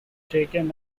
taken